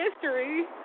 history